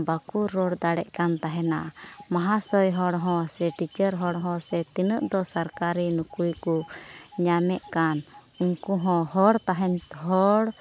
ᱵᱟᱠᱚ ᱨᱚᱲ ᱫᱟᱲᱮᱭᱟᱜ ᱠᱟᱱ ᱛᱟᱦᱮᱱᱟ ᱢᱚᱦᱟᱥᱚᱭ ᱦᱚᱲ ᱦᱚᱸ ᱥᱮ ᱴᱤᱪᱟᱨ ᱦᱚᱲ ᱦᱚᱸ ᱥᱮ ᱛᱤᱱᱟᱹᱜ ᱫᱚ ᱥᱚᱨᱠᱟᱨᱤ ᱱᱚᱠᱨᱤ ᱠᱚ ᱧᱟᱢᱮᱫ ᱠᱟᱱ ᱩᱱᱠᱩ ᱦᱚᱸ ᱦᱚᱲ ᱛᱟᱦᱮᱱ ᱦᱚᱲ